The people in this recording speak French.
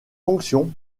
fonction